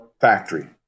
factory